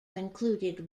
included